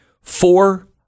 four